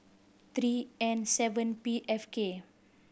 three N seven P F K